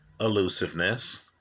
elusiveness